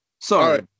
Sorry